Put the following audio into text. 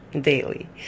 daily